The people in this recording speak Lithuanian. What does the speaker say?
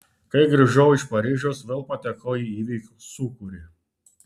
kai grįžau iš paryžiaus vėl patekau į įvykių sūkurį